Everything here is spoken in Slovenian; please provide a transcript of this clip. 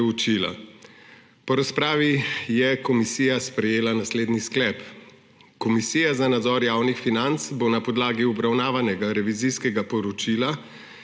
preučila. Po razpravi je komisija sprejela naslednji sklep: Komisija za nadzor javnih financ bo na podlagi obravnavanega revizijskega poročila